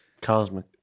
cosmic